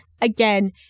again